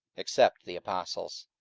except the apostles.